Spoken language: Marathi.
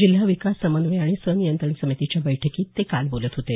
जिल्हा विकास समन्वय आणि सनियंत्रण समितीच्या बैठकीत ते काल बोलत होते